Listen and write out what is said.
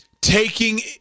taking